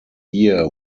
year